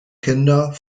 kinder